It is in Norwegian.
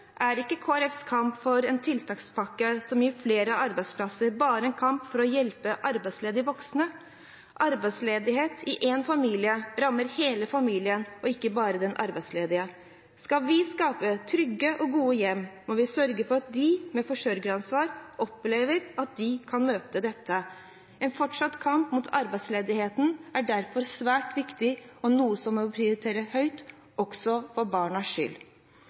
er ikke Kristelig Folkepartis kamp for en tiltakspakke som gir flere arbeidsplasser, bare en kamp for å hjelpe arbeidsledige voksne. Arbeidsledighet i en familie rammer hele familien, ikke bare den arbeidsledige. Skal vi skape trygge og gode hjem, må vi sørge for at de med forsørgeransvar opplever at de kan møte dette. En fortsatt kamp mot arbeidsledigheten er derfor svært viktig og noe som vi må prioritere høyt, også for barnas skyld.